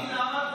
אדוני, למה אתה